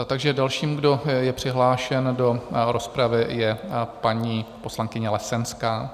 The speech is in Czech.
Takže dalším, kdo je přihlášen do rozpravy, je paní poslankyně Lesenská.